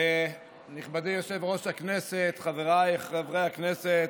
נכבדי יושב-ראש הכנסת, חבריי חברי הכנסת,